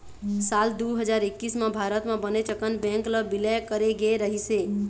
साल दू हजार एक्कइस म भारत म बनेच अकन बेंक ल बिलय करे गे रहिस हे